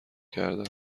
کردم